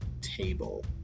table